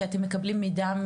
כי אתם מקבלים מידע,